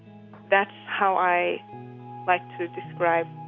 that's how i like to describe